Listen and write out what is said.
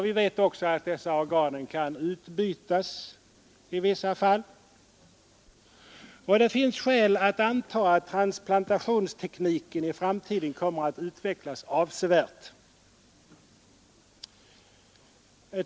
Vi vet också att dessa organ med viss framgång kan utbytas i speciella fall. Det finns skäl att anta att transplantationstekniken i framtiden kommer att utvecklas avsevärt.